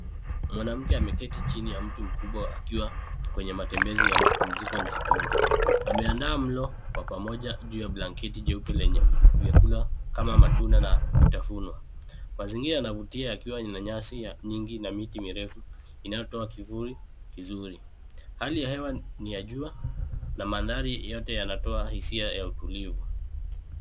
Mwanamke ameketi chini ya mti mkubwa akiwa kwenye matembezi ya mapumziko msituni. Ameandaa mlo wa pamoja juu ya blanketi jeupe lenye vyakula kama matunda na vitafunwa. Mazingira yanavutia yakiwa ina nyasi nyingi na miti mirefu inayotoa kivuli kizuri. Hali ya hewa ni ya jua na mandhari yote yanatoa hisia ya utulivu.